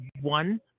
one